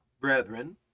brethren